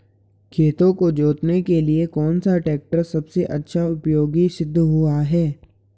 खेतों को जोतने के लिए कौन सा टैक्टर सबसे अच्छा उपयोगी सिद्ध हुआ है?